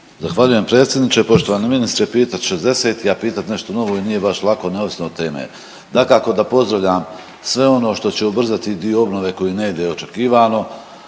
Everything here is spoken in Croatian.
Zahvaljujem predsjedniče. Poštovani ministre…/Govornik se ne razumije/… i ja pitat nešto novo i nije baš lako na osnovu teme. Dakako da pozdravljam sve ono što će ubrzati dio obnove koji ne ide očekivano,